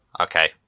okay